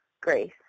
grace